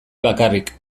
bakarrik